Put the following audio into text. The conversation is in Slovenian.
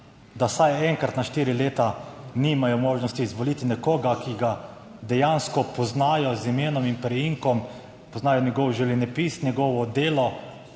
vsaj enkrat na štiri leta nimajo možnosti izvoliti nekoga, ki ga dejansko poznajo z imenom in priimkom, poznajo njegov življenjepis, njegovo delo